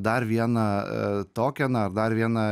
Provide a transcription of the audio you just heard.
dar vieną a tokeną ar dar vieną